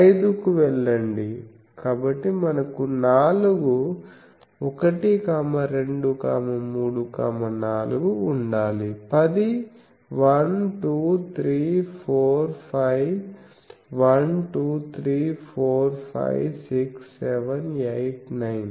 ఐదుకు వెళ్ళండి కాబట్టి మనకు నాలుగు 1 2 3 4 ఉండాలి పది 1 2 3 4 5 1 2 3 4 5 6 7 8 9